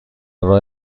راه